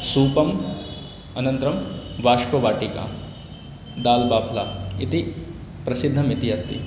सूपः अनन्तरं वाष्पवाटिका दाल् बाफ्ला इति प्रसिद्धम् इति अस्ति